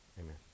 Amen